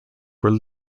were